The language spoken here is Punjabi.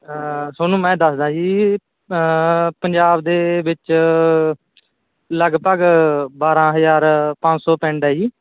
ਤੁਹਾਨੂੰ ਮੈਂ ਦੱਸਦਾ ਜੀ ਪੰਜਾਬ ਦੇ ਵਿੱਚ ਲਗਭਗ ਬਾਰਾਂ ਹਜ਼ਾਰ ਪੰਜ ਸੌ ਪਿੰਡ ਹੈ ਜੀ